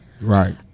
right